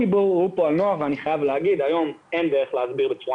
דובר פה על הנוער ואני חייב לומר שהיום אין דרך להסביר בצורה